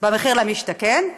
במחיר למשתכן,